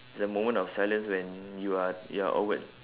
it's the moment of silence when you are you are awkward